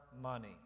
money